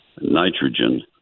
Nitrogen